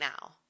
now